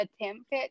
attempt